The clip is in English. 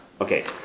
Okay